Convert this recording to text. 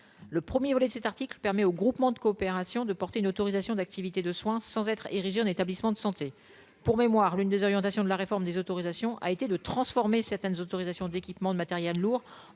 le 1er volet de cet article permet au groupement de coopération, de porter une autorisation d'activités de soins sans être érigés en établissements de santé, pour mémoire, l'une des orientations de la réforme des autorisations, a été de transformer certaines autorisations d'équipements de matériels lourds